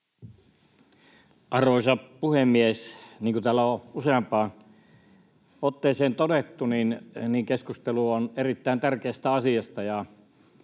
Arvoisa puhemies! Niin kuin täällä on useampaan otteeseen todettu, keskustelu on erittäin tärkeästä asiasta.